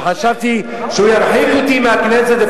וחשבתי שהוא ירחיק אותי מהכנסת,